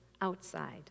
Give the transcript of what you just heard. outside